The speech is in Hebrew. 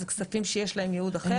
אלו כספים שיש להם ייעוד אחר.